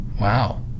Wow